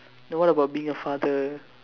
then what about being a father